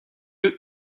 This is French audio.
eux